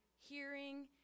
hearing